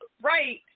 Right